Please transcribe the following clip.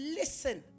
listen